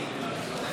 בבקשה.